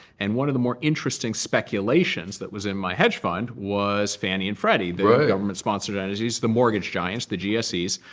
and one of the more interesting speculations that was in my hedge fund was fannie and freddie, the government sponsored entities, the mortgage giants, the gses,